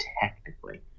technically